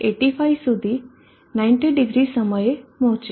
85 સુધી 900 સમયે પહોચે